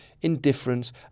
indifference